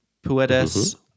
puedes